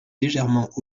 légèrement